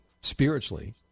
spiritually